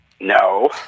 No